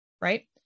right